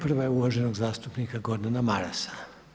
Prva je uvaženog zastupnika Gordana Marasa.